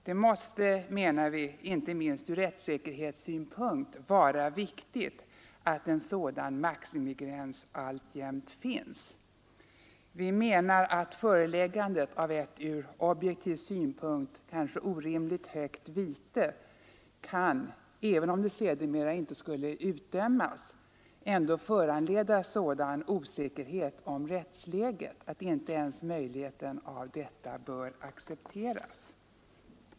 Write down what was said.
Det måste, menar vi, inte minst ur rättssäkerhetssynpunkt vara viktigt att en sådan maximigräns alltjämt finns. Vi anser att föreläggande av ett ur objektiv synpunkt kanske orimligt högt vite kan — även om vitet sedermera inte skulle utdömas — föranleda sådan osäkerhet om rättsläget att inte ens möjligheten av detta bör accepteras.